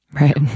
Right